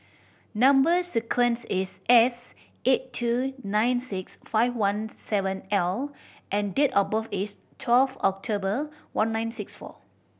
number sequence is S eight two nine six five one seven L and date of birth is twelve October one nine six four